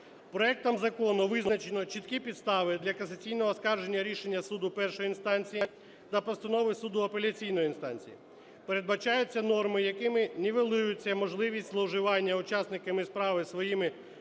Проектом закону визначено чіткі підстави для касаційного оскарження рішення суду першої інстанції та постанови суду апеляційної інстанції, передбачаються норми, якими нівелюється можливість зловживання учасниками справи своїми